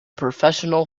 professional